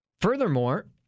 Furthermore